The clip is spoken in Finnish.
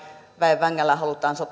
väen vängällä halutaan